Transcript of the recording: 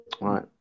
right